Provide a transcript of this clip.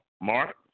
Mark